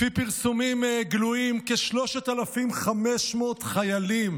לפי פרסומים גלויים, כ-3,500 חיילים